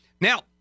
Now